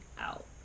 out